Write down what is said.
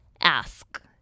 ask